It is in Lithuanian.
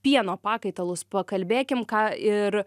pieno pakaitalus pakalbėkim ką ir